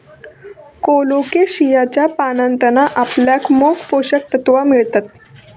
कोलोकेशियाच्या पानांतना आपल्याक मोप पोषक तत्त्वा मिळतत